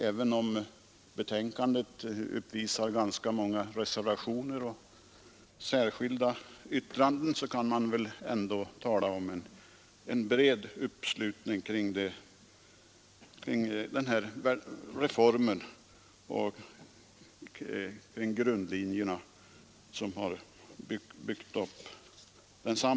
Även om betänkandet innehåller ganska många reservationer och särskilda yttranden, kan man ändå tala om en bred uppslutning kring Nr 105 reformen och de grundlinjer som gäller för denna.